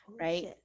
right